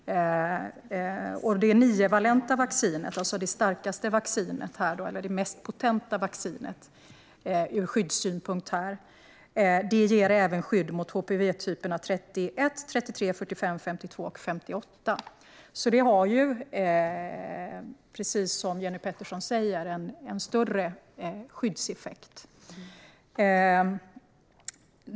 Det 9-valenta vaccinet - det mest potenta vaccinet - ger även skydd mot HPV-typerna 31, 33, 45, 52 och 58. Precis som Jenny Petersson säger har de en större skyddseffekt.